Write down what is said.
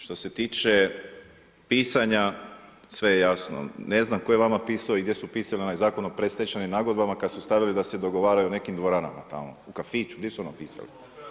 Što se tiče pisanja, sve je jasno, ne znam, tko je vama pisao i gdje su pisani onaj zakon o predstečajnim nagodbama, kada su stavili da se dogovaraju u nekim dvoranama, tamo, u kafiću, gdje su ono pisali.